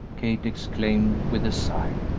kate exclaimed, with a sigh.